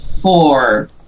four